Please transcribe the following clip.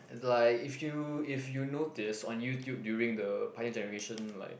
like if you if you noticed on YouTube during the Pioneer Generation like